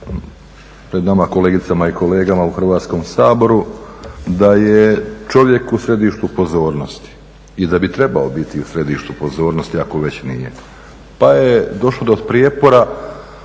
pred nama kolegicama i kolegama u Hrvatskom saboru da je čovjek u središtu pozornosti i da bi trebao biti u središtu pozornosti ako već nije pa je došlo do prijepora